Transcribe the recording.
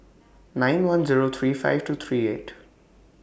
nine one Zero three five two three eight